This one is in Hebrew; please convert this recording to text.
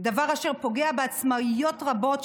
דבר אשר פוגע בעצמאיות רבות,